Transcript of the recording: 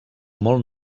molt